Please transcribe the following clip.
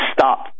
Stop